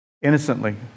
innocently